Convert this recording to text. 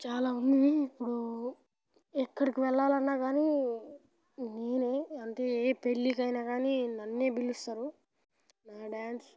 చాలా ఉంది ఇప్పుడు ఎక్కడికి వెళ్ళాలన్నా కానీ నేనే అంటే ఏ పెళ్ళికి అయినా కానీ నన్ను పిలుస్తారు నా డ్యాన్స్